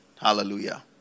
Hallelujah